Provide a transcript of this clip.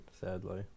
sadly